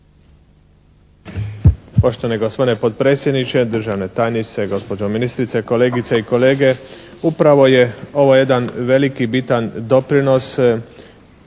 Poštovani gospodine potpredsjedniče, državne tajnice, gospođo ministrice, kolegice i kolege. Upravo je ovo jedan veliki i bitan doprinos